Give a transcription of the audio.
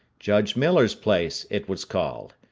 judge miller's place, it was called.